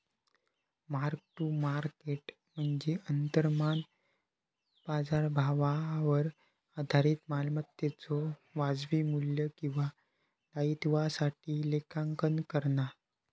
mark to market म्हणजे वर्तमान बाजारभावावर आधारित मालमत्तेच्यो वाजवी मू्ल्य किंवा दायित्वासाठी लेखांकन करणा